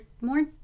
more